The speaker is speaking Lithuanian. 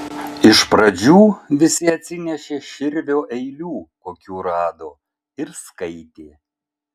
iš pradžių visi atsinešė širvio eilių kokių rado ir skaitė